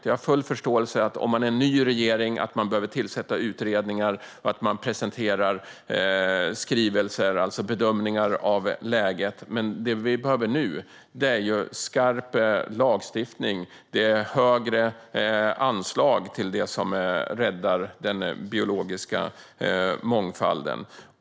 Jag har full förståelse för att en ny regering behöver tillsätta utredningar och presenterar skrivelser eller bedömningar av läget, men det vi behöver nu är skarp lagstiftning och högre anslag till det som räddar den biologiska mångfalden.